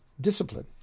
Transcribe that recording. discipline